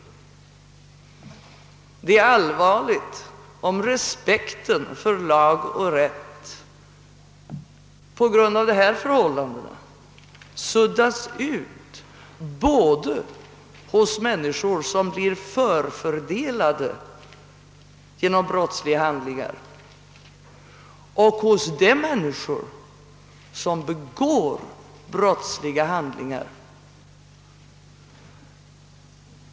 Det är allvarligt om respekten för lag och rätt på grund av dessa förhållanden suddas ut både hos människor som blir förfördelade genor brottsliga handlingar och hos de män. niskor som begår brottsliga handlingar.